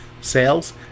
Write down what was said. Sales